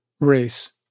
race